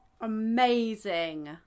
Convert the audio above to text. Amazing